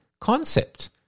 concept